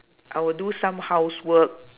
I will do some housework